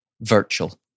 virtual